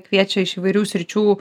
kviečia iš įvairių sričių